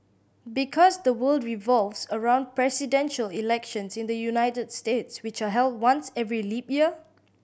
because the world revolves around presidential elections in the United States which are held once every leap year